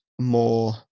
more